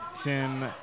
Tim